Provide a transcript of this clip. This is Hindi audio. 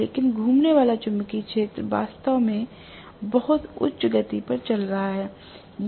लेकिन घूमने वाला चुंबकीय क्षेत्र वास्तव में बहुत उच्च गति पर चल रहा है